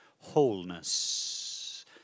Wholeness